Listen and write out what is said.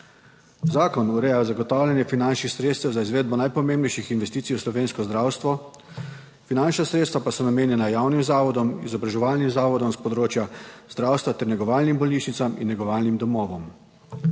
Zakon ureja zagotavljanje finančnih sredstev za izvedbo najpomembnejših investicij v slovensko zdravstvo. Finančna sredstva so namenjena javnim zavodom, izobraževalnim zavodom s področja zdravstva ter negovalnim bolnišnicam in negovalnim domovom.